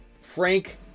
Frank